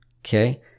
okay